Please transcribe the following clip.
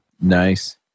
Nice